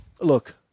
look